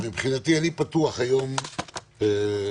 מבחינתי, אני פתוח היום לכולם.